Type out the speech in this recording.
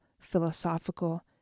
philosophical